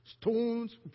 Stones